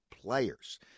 players